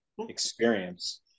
experience